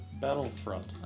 Battlefront